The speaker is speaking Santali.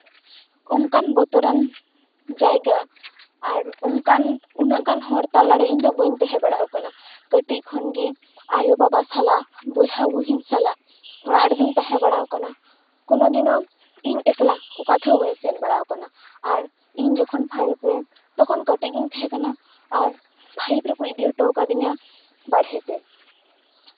ᱚᱱᱠᱟᱱ ᱵᱚᱛᱚᱨᱟᱱ ᱡᱟᱭᱜᱟ ᱟᱨ ᱚᱱᱠᱟᱱ ᱩᱱᱟᱹᱜ ᱜᱟᱱ ᱦᱚᱲ ᱛᱟᱞᱟᱨᱮ ᱤᱧᱫᱚ ᱵᱟᱹᱧ ᱛᱟᱦᱮᱸ ᱵᱟᱲᱟᱣᱟᱠᱟᱱᱟ ᱠᱟᱹᱴᱤᱡ ᱠᱷᱚᱱᱜᱮ ᱟᱭᱳ ᱵᱟᱵᱟ ᱥᱟᱞᱟᱜ ᱵᱚᱭᱦᱟ ᱵᱩᱦᱤᱱ ᱥᱟᱞᱟᱜ ᱚᱲᱟᱜ ᱨᱮᱜᱤᱧ ᱛᱟᱦᱮᱸ ᱵᱟᱲᱟᱣ ᱠᱟᱱᱟ ᱠᱳᱱᱳ ᱫᱤᱱᱳ ᱤᱧ ᱮᱠᱞᱟ ᱚᱠᱟᱛᱮᱦᱚᱸ ᱵᱟᱹᱧ ᱥᱮᱱ ᱵᱟᱲᱟᱣᱟᱠᱟᱱᱟ ᱟᱨ ᱤᱧ ᱡᱚᱠᱷᱚᱱ ᱯᱟᱭᱤᱵᱽᱨᱮ ᱛᱚᱠᱷᱚᱱ ᱠᱟᱹᱴᱤᱡ ᱜᱤᱧ ᱛᱟᱦᱮᱸᱠᱟᱱᱟ ᱟᱨ ᱯᱷᱟᱭᱤᱵᱽ ᱨᱮᱠᱚ ᱤᱫᱤ ᱦᱚᱴᱚᱣ ᱟᱠᱟᱫᱤᱧᱟ ᱵᱟᱨᱦᱮ ᱛᱮ